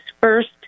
first